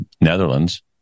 Netherlands